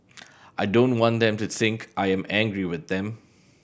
I don't want them to think I am angry with them